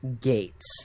gates